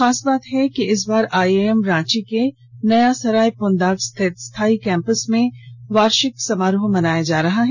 खास बात यह है कि इस बार आई आई एम रांची के नया सराय पुनदाग स्थित स्थायी कैंपस में अपना वार्षिक समारोह मना रहा है